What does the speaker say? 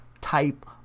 type